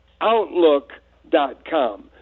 Outlook.com